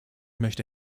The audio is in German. möchte